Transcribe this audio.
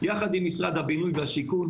יחד עם משרד הבינוי והשיכון,